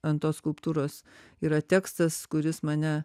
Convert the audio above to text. ant tos skulptūros yra tekstas kuris mane